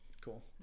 Cool